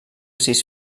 sis